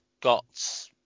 got